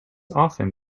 often